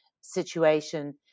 situation